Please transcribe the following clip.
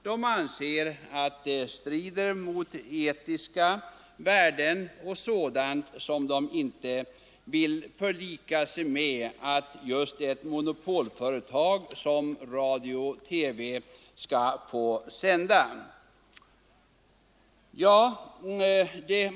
De kan inte förlika sig med att ett monopolföretag som Sveriges Radio skall få sända program som strider mot deras etiska värderingar.